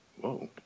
whoa